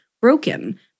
broken